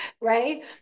right